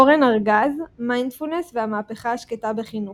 אורן ארגז, מיינדפולנס והמהפכה השקטה בחינוך,